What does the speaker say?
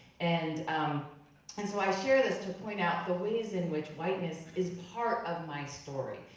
and and so i share this to point out the ways in which whiteness is part of my story.